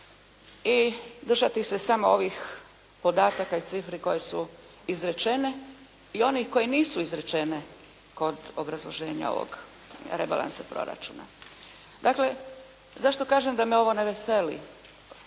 i držati se samo ovih podataka i cifri koje su izrečene i onih koje nisu izrečene kod obrazloženja ovoga rebalansa proračuna. Dakle, zašto kažem da me ovo ne veseli